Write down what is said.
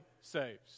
saves